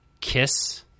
kiss